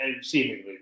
seemingly